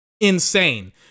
Insane